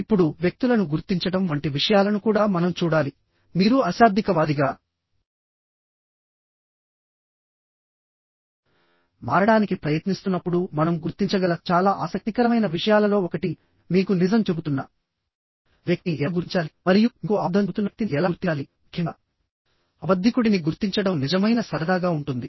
ఇప్పుడువ్యక్తులను గుర్తించడం వంటి విషయాలను కూడా మనం చూడాలిమీరు అశాబ్దికవాదిగా మారడానికి ప్రయత్నిస్తున్నప్పుడు మనం గుర్తించగల చాలా ఆసక్తికరమైన విషయాలలో ఒకటి మీకు నిజం చెబుతున్న వ్యక్తిని ఎలా గుర్తించాలి మరియు మీకు అబద్ధం చెబుతున్న వ్యక్తిని ఎలా గుర్తించాలిముఖ్యంగా అబద్ధికుడిని గుర్తించడం నిజమైన సరదాగా ఉంటుంది